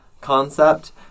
concept